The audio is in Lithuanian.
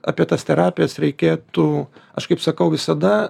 apie tas terapijos reikėtų aš kaip sakau visada